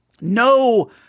No